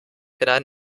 hinein